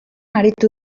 aritu